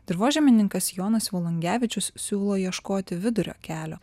dirvožemininkas jonas volungevičius siūlo ieškoti vidurio kelio